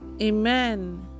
amen